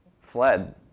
fled